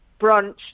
brunch